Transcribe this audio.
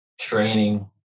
training